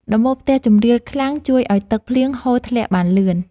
ដំបូលផ្ទះជម្រាលខ្លាំងជួយឱ្យទឹកភ្លៀងហូរធ្លាក់បានលឿន។